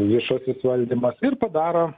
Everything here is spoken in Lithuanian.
viešasis valdymas ir padaro